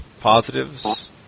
positives